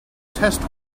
test